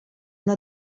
una